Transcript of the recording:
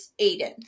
Aiden